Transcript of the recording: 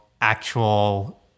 actual